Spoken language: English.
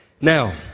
Now